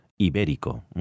iberico